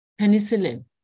penicillin